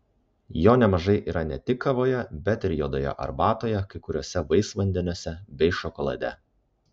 jo nemažai yra ne tik kavoje bet ir juodoje arbatoje kai kuriuose vaisvandeniuose bei šokolade